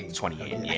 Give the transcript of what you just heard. twenty eight.